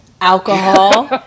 alcohol